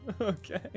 Okay